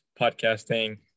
podcasting